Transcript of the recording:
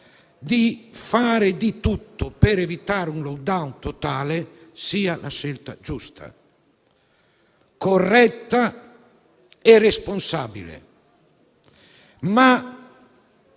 di fare di tutto per evitare un *lockdown* totale sia giusta, corretta e responsabile.